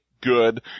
good